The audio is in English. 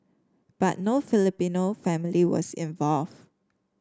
but no Filipino family was involve